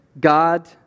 God